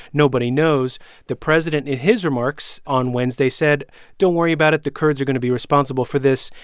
nobody knows the president, in his remarks on wednesday, said don't worry about it. the kurds are going to be responsible for this.